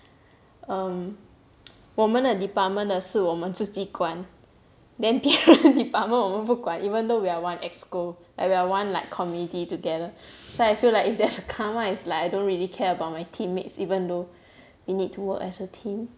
um 我们的 department 的是我们自己管 the 别人 department 我们不管 even though we are one EXCO everyone like we are one like community together so I feel like if there's a karma it's like I don't really care about my teammates even though we need to work as a team